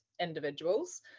individuals